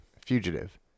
fugitive